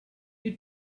you